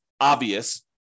obvious